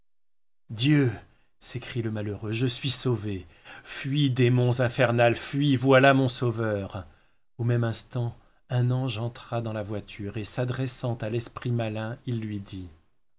s'écrie le malheureux je suis sauvé fuis démon infernal fuis voilà mon sauveur au même instant un ange entra dans la voiture et s'adressant à l'esprit malin il lui dit